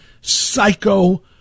psycho